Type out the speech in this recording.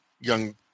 young